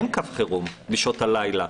אין קו חירום בשעות הלילה.